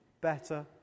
better